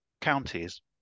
counties